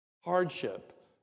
hardship